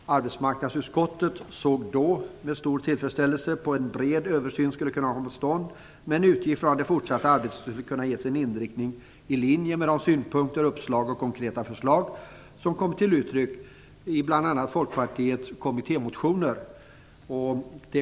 Arbetsmarknadsutskottet såg då med stor tillfredsställelse på att en bred översyn skulle komma till stånd, men man utgick från att det fortsatta arbetet skulle kunna ges en inriktning i linje med de synpunkter, uppslag och konkreta förslag som kom till uttryck i bl.a. Folkpartiets kommittémotioner.